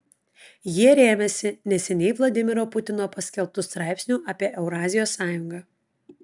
jie rėmėsi neseniai vladimiro putino paskelbtu straipsniu apie eurazijos sąjungą